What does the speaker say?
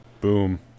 Boom